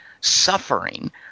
suffering –